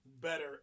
better